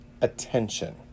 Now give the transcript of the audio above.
attention